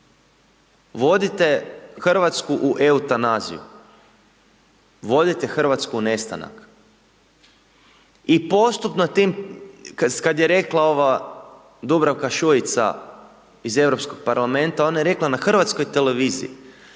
Vodite Hrvatsku u eutanaziju, vodite Hrvatsku u nestanak. I postupno tim kada je rekla, ova Dubravka Šuica iz Europskog parlamenta, ona je rekla na hrvatskoj televiziji,